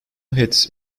hits